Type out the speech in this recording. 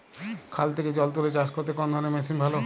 খাল থেকে জল তুলে চাষ করতে কোন ধরনের মেশিন ভালো?